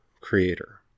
creator